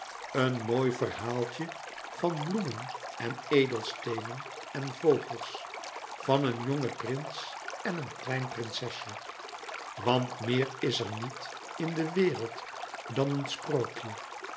een mooi verhaaltje van bloemen en edelsteenen en vogels van een jongen prins en een klein prinsesje want meer is er niet in de wereld dan een sprookje